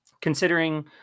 considering